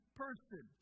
person